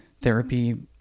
therapy